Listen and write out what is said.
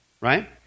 right